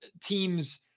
teams